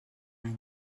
any